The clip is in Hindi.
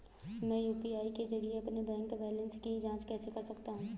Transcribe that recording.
मैं यू.पी.आई के जरिए अपने बैंक बैलेंस की जाँच कैसे कर सकता हूँ?